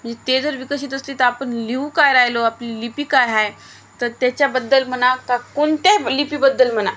म्हणजे ते जर विकसित असली तर आपण लिहू काय राहिलो आपली लिपी काय आहे तर त्याच्याबद्दल म्हणा का कोणत्या लिपीबद्दल म्हणा